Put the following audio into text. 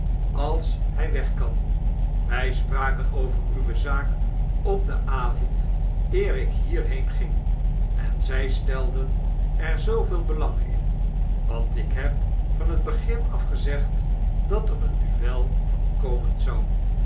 als hij weg kan wg spraken over uwe zaak op den avond eer ik hierheen ging en zg stelden er zooveel belang in want ik heb van het begin af gezegd dat er een duel van komen zou